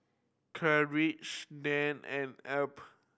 Carleigh Diann and Elby